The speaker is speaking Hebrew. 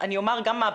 בלתי מתקבל על